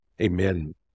Amen